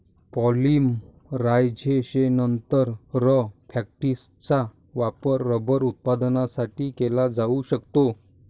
पॉलिमरायझेशननंतर, फॅक्टिसचा वापर रबर उत्पादनासाठी केला जाऊ शकतो